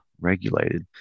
regulated